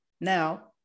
Now